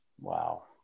Wow